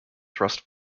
thrust